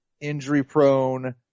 injury-prone